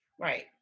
right